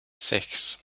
sechs